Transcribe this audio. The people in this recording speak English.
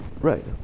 Right